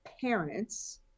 parents